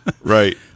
right